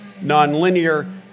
nonlinear